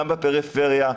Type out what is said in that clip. גם בפריפריה,